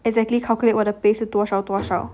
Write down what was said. exactly calculate 我的 pay 多少多少